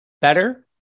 better